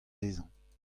dezhañ